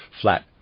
flat